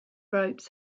ropes